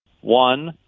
One